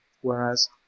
whereas